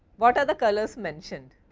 what are the colors mentioned?